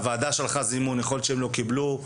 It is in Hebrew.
הוועדה שלחה זימון יכול להיות שהם לא קיבלו,